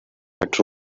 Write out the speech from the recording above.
that